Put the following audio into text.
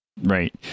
right